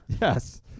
yes